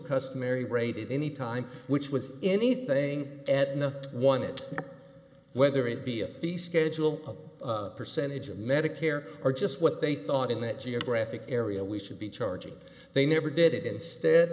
customary raided any time which was anything at no one it whether it be a fee schedule a percentage of medicare or just what they thought in that geographic area we should be charging they never did it instead